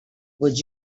would